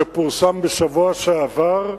שפורסם בשבוע שעבר,